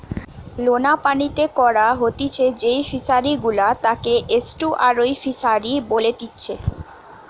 লোনা পানিতে করা হতিছে যেই ফিশারি গুলা তাকে এস্টুয়ারই ফিসারী বলেতিচ্ছে